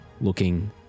looking